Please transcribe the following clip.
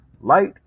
Light